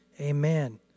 amen